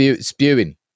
spewing